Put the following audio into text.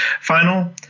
final